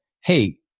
Hey